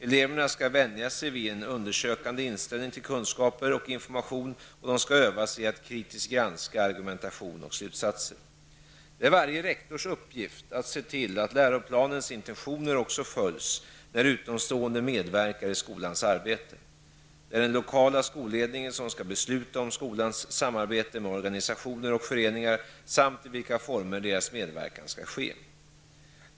Eleverna skall vänja sig vid en undersökande inställning till kunskaper och information och de skall öva sig i att kritiskt granska argumentation och slutsatser. Det är varje rektors uppgift att se till att läroplanens intentioner också följs när utomstående medverkar i skolans arbete. Det är den lokala skolledningen som skall besluta om skolans samarbete med organisationer och föreningar samt i vilka former deras medverkan skall ske.